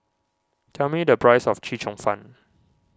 tell me the price of Chee Cheong Fun